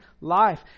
life